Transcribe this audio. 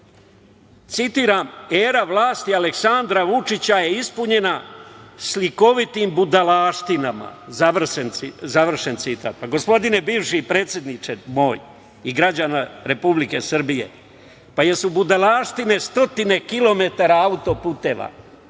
citiram: "Era vlasti Aleksandra Vučića je ispunjena slikovitim budalaštinama". Gospodine bivši predsedniče moj i građana Republike Srbije, pa jel su budalaštine stotine kilometara auto-puteva,